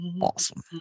Awesome